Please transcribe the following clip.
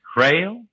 Crail